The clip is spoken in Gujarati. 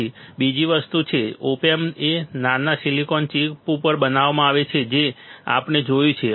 પછી બીજી વસ્તુ શું છે ઓપ એમ્પ એ નાના સિલિકોન ચિપ ઉપર બનાવવામાં આવે છે જે આપણે જોયું છે